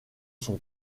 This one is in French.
son